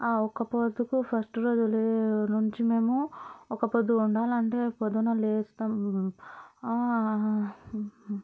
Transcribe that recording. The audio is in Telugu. ఒక్క పూటకు ఫస్ట్ రోజు లె నుంచి మేము ఒక్క పొద్దు ఉండాలి అంటే పొద్దున్న లేస్తాం